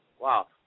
Wow